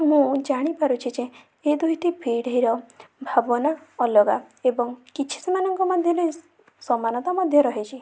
ମୁଁ ଜାଣିପାରୁଛି ଯେ ଏ ଦୁଇଟି ପିଢ଼ୀର ଭାବନା ଅଲଗା ଏବଂ କିଛି ସେମାନଙ୍କ ମଧ୍ୟରେ ସମାନତା ମଧ୍ୟ ରହିଛି